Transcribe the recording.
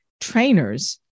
trainers